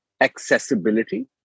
accessibility